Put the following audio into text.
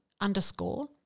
underscore